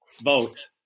vote